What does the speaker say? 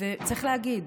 צריך להגיד,